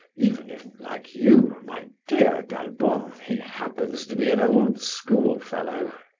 even if, like you, my dear d'albon, he happens to be an old schoolfellow.